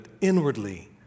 inwardly